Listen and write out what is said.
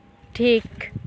ᱴᱷᱤᱠ